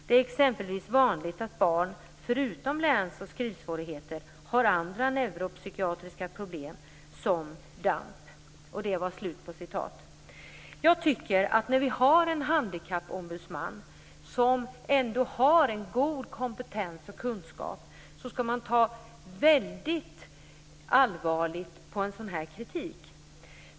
Det är exempelvis vanligt att barn förutom läs och skrivsvårigheter har andra neuropsykiatriska problem som DAMP/ADHD." När vi har en handikappombudsman som har god kompetens och kunskap tycker jag att vi skall ta väldigt allvarligt på en sådan här kritik.